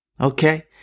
Okay